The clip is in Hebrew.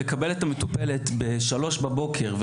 אני